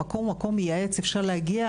המקום הוא מקום מייעץ, אפשר להגיע.